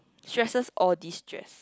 stresses or destress